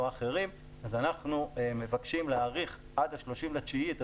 אנחנו עושים עכשיו עבודה גדולה על מנת לבדוק איך